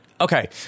okay